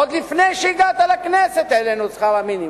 עוד לפני שהגעת לכנסת העלינו את שכר המינימום.